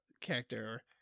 character